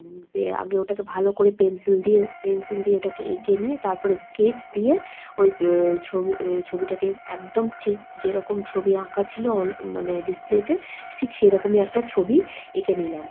আগে ওটাকে ভালো করে পেনসিল দিয়ে পেনসিল দিয়ে ওটাকে এঁকে নিয়ে তারপরে স্কেচ দিয়ে ওই ছবি ছবিটাকে একদম ঠিক যেরকম ছবি আঁকা ছিলো অন মানে ডিসপ্লেতে ঠিক সেরকমই একটা ছবি এঁকে নিলাম